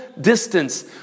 distance